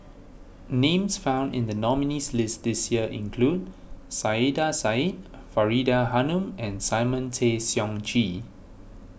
names found in the nominees' list this year include Saiedah Said Faridah Hanum and Simon Tay Seong Chee